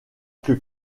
que